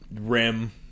rim